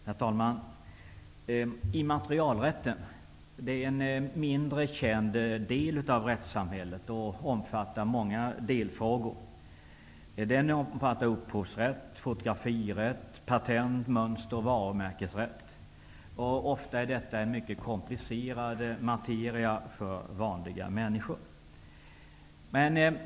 Herr talman! Immaterialrätten är en mindre känd del av rättssamhället. Den omfattar många delfrågor, som upphovsrätt, fotografirätt, patent-, mönster och varumärkesrätt. Ofta är detta mycket komplicerad materia för vanliga människor.